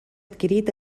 adquirit